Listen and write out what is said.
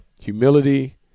Humility